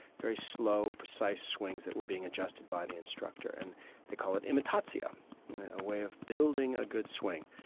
very slow precise swings that were being adjusted by the instructor and they call it imitatsia a way of building a good swing.